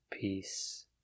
peace